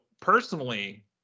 personally